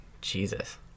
Jesus